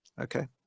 Okay